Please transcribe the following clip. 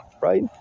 right